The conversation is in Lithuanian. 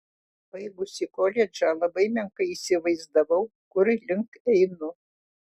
baigusi koledžą labai menkai įsivaizdavau kur link einu